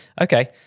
Okay